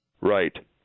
Right